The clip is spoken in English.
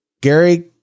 Gary